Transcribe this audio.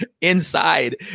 inside